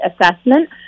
assessment